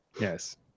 Yes